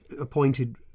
appointed